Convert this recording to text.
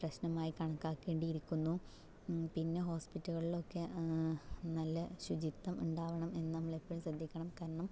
പ്രശ്നമായി കണക്കാക്കേണ്ടി ഇരിക്കുന്നു പിന്നെ ഹോസ്പിറ്റലുകളിൽ ഒക്കെ നല്ല ശുചിത്വം ഉണ്ടാകണം എന്ന് നമ്മൾ എപ്പോഴും ശ്രദ്ധിക്കണം കാരണം